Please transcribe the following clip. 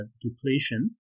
depletion